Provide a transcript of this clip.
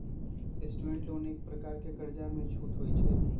student loan एक प्रकार के कर्जामें छूट होइ छइ